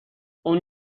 اون